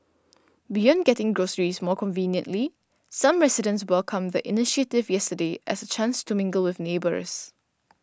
beyond getting groceries more conveniently some residents welcomed the initiative yesterday as chance to mingle with neighbours